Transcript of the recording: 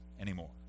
anymore